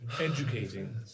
Educating